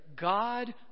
God